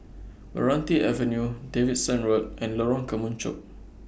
Meranti Avenue Davidson Road and Lorong Kemunchup